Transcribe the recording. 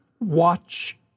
watch